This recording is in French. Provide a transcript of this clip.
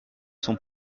sont